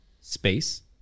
space